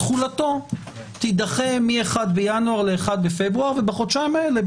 תחולתו תידחה מה-1 בינואר ל-1 בפברואר ובחודשיים האלה,